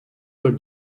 your